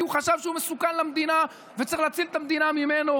כי הוא חשב שהוא מסוכן למדינה וצריך להציל את המדינה ממנו.